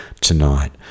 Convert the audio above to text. tonight